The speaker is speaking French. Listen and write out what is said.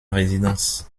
résidence